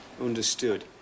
Understood